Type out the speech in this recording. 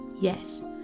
yes